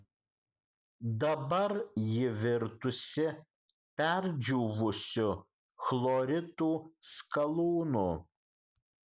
dabar ji virtusi perdžiūvusiu chloritų skalūnu